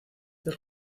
del